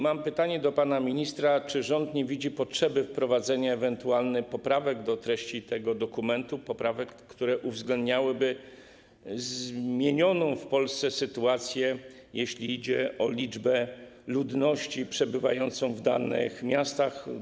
Mam pytanie do pana ministra: Czy rząd nie widzi potrzeby wprowadzenia ewentualnych poprawek do treści tego dokumentu, poprawek, które uwzględniałyby zmienioną sytuację w Polsce, jeśli idzie o liczbę ludności przebywającej w danych miastach?